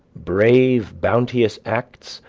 brave bounteous acts,